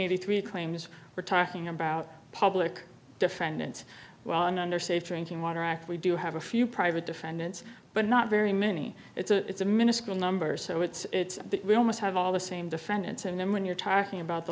eighty three claims we're talking about public defendants well and under safe drinking water act we do have a few private defendants but not very many it's a minuscule number so it's almost have all the same defendants and then when you're talking about the